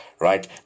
right